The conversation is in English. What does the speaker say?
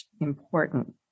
important